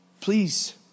please